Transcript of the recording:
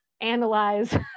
analyze